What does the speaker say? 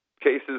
cases